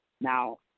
Now